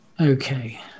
Okay